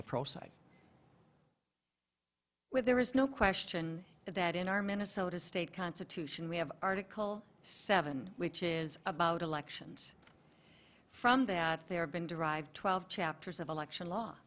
the pro side where there is no question that in our minnesota state constitution we have article seven which is about elections from that they have been derived twelve chapters of election law